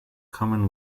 common